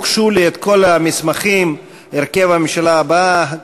הוגשו לי כל המסמכים: הרכב הממשלה הבאה,